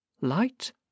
Light